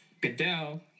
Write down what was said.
goodell